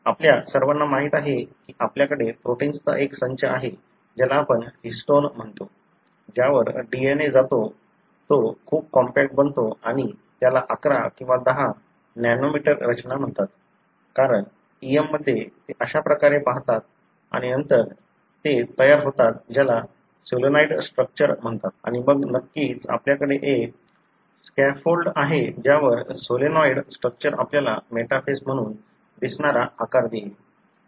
आपल्या सर्वांना माहित आहे की आपल्याकडे प्रोटिन्सचा एक संच आहे ज्याला आपण हिस्टोन म्हणतो ज्यावर DNA जातो तो खूप कॉम्पॅक्ट बनतो आणि त्याला 11 किंवा 10 नॅनोमीटर रचना म्हणतात कारण EM मध्ये ते अशा प्रकारे पाहतात आणि नंतर ते तयार होतात ज्याला सोलेनॉइड स्ट्रक्चर म्हणतात आणि मग नक्कीच आपल्याकडे एक स्कॅफोल्ड आहे ज्यावर सोलेनॉइड स्ट्रक्चर आपल्याला मेटाफेस म्हणून दिसणारा आकार देईल